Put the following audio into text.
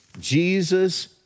Jesus